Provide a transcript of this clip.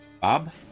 Bob